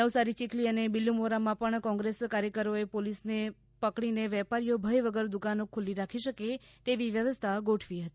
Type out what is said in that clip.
નવસારી ચિખલી અને બીલીમોરામાં પણ કોંગ્રેસ કાર્યકરોને પોલીસે પકડીને વેપારીઓ ભય વગર દુકાનો ખુલ્લી રાખી શકે તેવી વ્યવસ્થા ગોઠવી હતી